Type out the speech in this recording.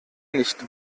nicht